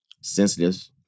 Sensitive